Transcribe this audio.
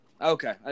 Okay